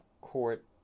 court